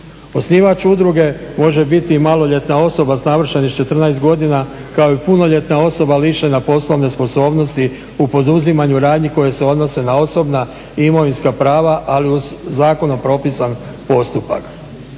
Osnivač udruge može biti i maloljetna osoba s navršenih 14 godina kao i punoljetna osoba lišena poslovne sposobnosti u poduzimanju radnji koje se odnose na osobna imovinska prava ali uz zakonom propisan postupak.